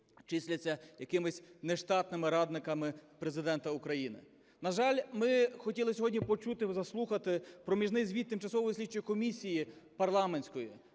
числяться якимись нештатними радниками Президента України. На жаль, ми хотіли сьогодні почути, заслухати проміжний звіт тимчасової слідчої комісії парламентської,